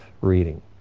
reading